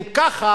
אם ככה